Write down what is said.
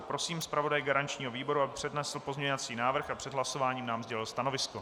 Prosím zpravodaje garančního výboru, aby přednesl pozměňovací návrh a před hlasováním nám sdělil stanovisko.